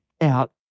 out